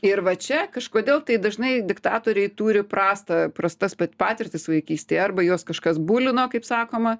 ir va čia kažkodėl tai dažnai diktatoriai turi prastą prastas patirtis vaikystėje arba juos kažkas bulino kaip sakoma